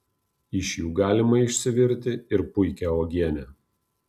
iš jų galima išsivirti ir puikią uogienę